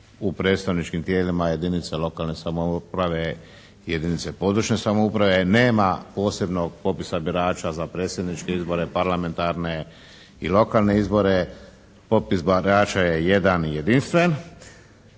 u predstavničkim tijelima jedinice lokalne samouprave i jedinice područne samouprave, nema posebnog popisa birača za predsjedničke izbore, parlamentarne i lokalne izbore. Popis birača je jedan i jedinstven.